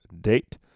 date